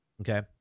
okay